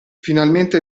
finalmente